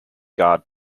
guard